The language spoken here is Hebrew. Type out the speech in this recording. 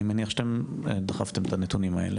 אני מניח שאתם דחפתם את הנתונים האלה.